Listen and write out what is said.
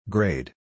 Grade